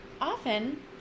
often